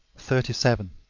thirty seven.